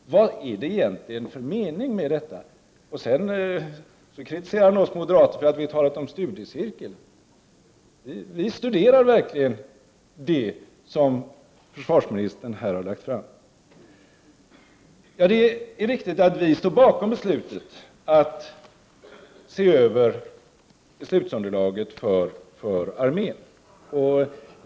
Vad är egentligen meningen med detta? Sedan kritiserade försvarsministern oss moderater för att vi talat om studiecirkel. Vi studerar verkligen det som försvarsministern här har lagt fram. Det är riktigt att vi står bakom beslutet att se över beslutsunderlaget för armén.